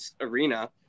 arena